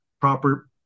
proper